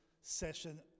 session